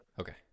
Okay